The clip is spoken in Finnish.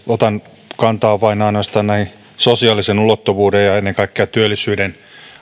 otan kantaa vain ja ainoastaan näihin sosiaalisen ulottuvuuden ja ja ennen kaikkea työllisyyden